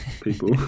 People